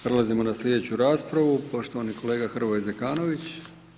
Prelazimo na slijedeću raspravu, poštovani kolega Hrvoje Zekanović.